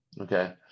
Okay